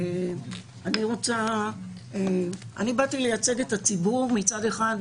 אני באתי לייצג את הציבור מצד אחד,